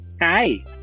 hi